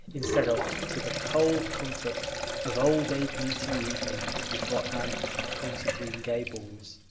instead of to the cold comfort of old aid meeting evenings before anne had come to green gables.